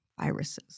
viruses